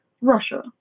Russia